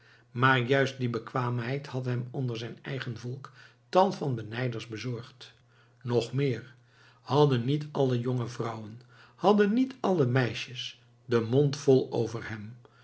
maar juist die bekwaamheid had hem onder zijn eigen volk tal van benijders bezorgd nog meer hadden niet alle jonge vrouwen hadden niet alle meisjes den mond vol over hem